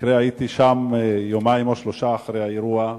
במקרה הייתי שם יומיים או שלושה אחרי האירוע.